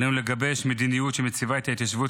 עלינו לגבש מדיניות שמציבה את ההתיישבות